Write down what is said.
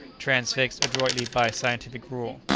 transfixed adroitly by scientific rule.